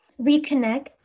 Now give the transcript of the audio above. reconnect